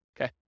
Okay